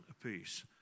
apiece